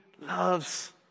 loves